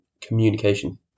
communication